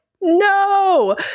No